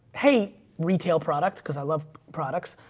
hey, retail product, because i love products.